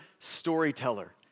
storyteller